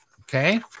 Okay